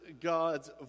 God's